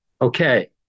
okay